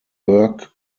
burke